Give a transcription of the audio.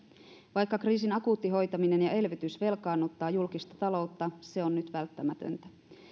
vaikka kriisin akuutti hoitaminen ja elvytys velkaannuttavat julkista taloutta se on nyt välttämätöntä